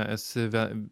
esi ve